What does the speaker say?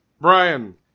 Brian